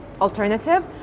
alternative